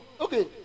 Okay